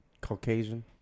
Caucasian